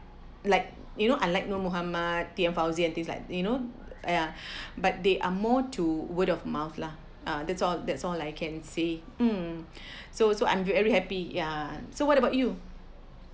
like you know unlike nor mohamad T and fauzi this like you know yeah but they are more to word of mouth lah uh that's all that's all I can say mm so so I'm very happy ya so what about you